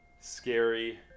scary